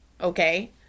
okay